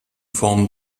form